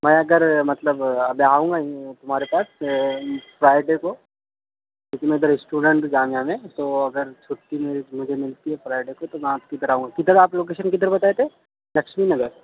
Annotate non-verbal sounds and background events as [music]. میں اگر مطلب ابھی آؤں گا [unintelligible] تمہارے پاس فرائڈے کو کیونکہ میں ادھر اسٹوڈنٹ ہوں جامعہ میں تو اگر چھٹی مجھے ملتی ہے فرائڈے کو تو میں آپ کی [unintelligible] کدھر آپ لوکیشن کدھر بتائے تھے لکشمی نگر